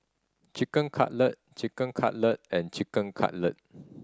Chicken Cutlet Chicken Cutlet and Chicken Cutlet